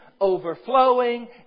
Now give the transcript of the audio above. overflowing